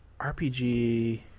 rpg